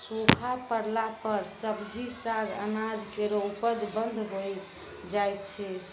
सूखा परला पर सब्जी, साग, अनाज केरो उपज बंद होय जाय छै